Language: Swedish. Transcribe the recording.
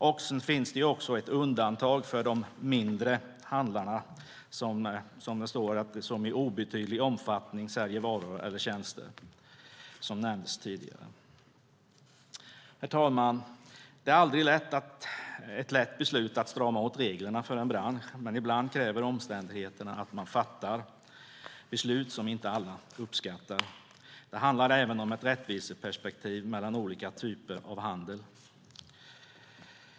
Det finns också ett undantag för de mindre handlarna som i obetydlig omfattning säljer varor eller tjänster, som det står och som nämndes tidigare. Herr talman! Det är aldrig ett lätt beslut att strama åt reglerna för en bransch. Men ibland kräver omständigheterna att man fattar beslut som inte alla uppskattar. Det handlar även om ett rättviseperspektiv mellan olika typer av handel.